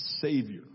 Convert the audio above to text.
Savior